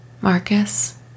Marcus